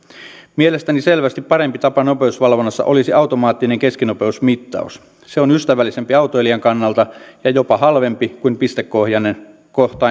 mielestäni selvästi parempi tapa nopeusvalvonnassa olisi automaattinen keskinopeusmittaus se on ystävällisempi autoilijan kannalta ja jopa halvempi kuin pistekohtainen